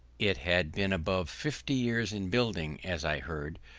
it had been above fifty years in building, as i heard,